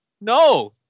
No